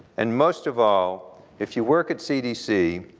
and most of all if you work at cdc,